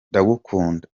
ndagukunda